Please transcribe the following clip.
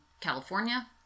california